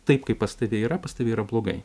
taip kaip pas tave yra pas tave yra blogai